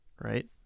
right